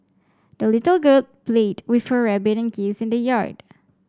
the little girl played with her rabbit and geese in the yard